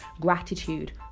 gratitude